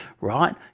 right